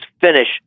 finish